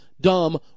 Dumb